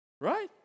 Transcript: right